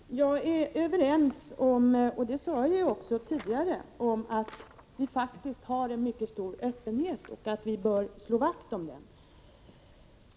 Herr talman! Jag är överens med statsrådet om, och det sade jag också tidigare, att vi faktiskt har en mycket stor öppenhet och att vi bör slå vakt om den.